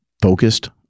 focused